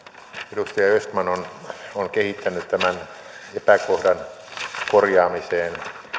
edustaja östman on kehittänyt tämän epäkohdan korjaamiseen